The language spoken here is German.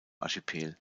archipel